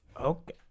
okay